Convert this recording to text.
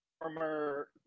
former